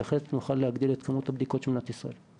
בהחלט נוכל להגדיל את כמות הבדיקות של מדינת ישראל.